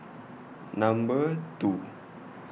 Number two